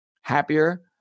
happier